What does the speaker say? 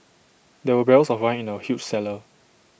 there were barrels of wine in the huge cellar